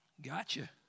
Gotcha